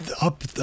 Up